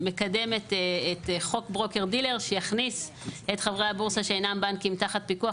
מקדמת את חוק ברוקר דילר שיכניס את חברי הבורסה שאינם בנקים תחת פיקוח